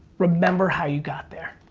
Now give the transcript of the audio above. remember how you got there.